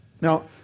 Now